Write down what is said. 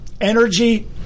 energy